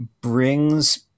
brings